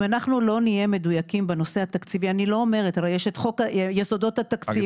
אם אנחנו לא נהיה מדויקים בנושא התקציבי יש את חוק יסודות התקציב,